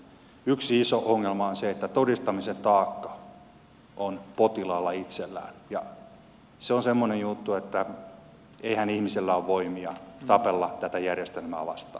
yksi iso ongelma on se että todistamisen taakka on potilaalla itsellään ja se on semmoinen juttu että eihän ihmisellä ole voimia tapella tätä järjestelmää vastaan